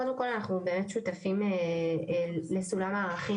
קודם כל אנחנו באמת שותפים לסולם הערכים